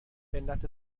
علت